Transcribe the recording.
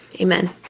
Amen